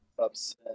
upset